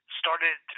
started